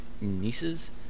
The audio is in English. nieces